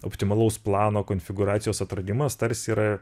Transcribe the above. optimalaus plano konfigūracijos atradimas tarsi yra